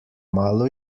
malo